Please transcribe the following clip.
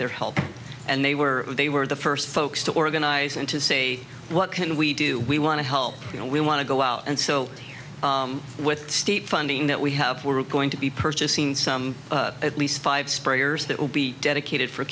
their help and they were they were the first folks to organize and to say what can we do we want to help you know we want to go out and so with state funding that we have we're going to be purchasing some at least five sprayers that will be dedicated for